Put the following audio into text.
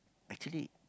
actually